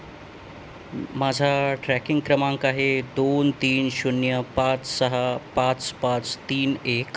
माझा ट्रॅकिंग क्रमांक आहे दोन तीन शून्य पाच सहा पाच पाच तीन एक